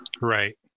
Right